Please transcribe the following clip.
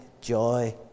joy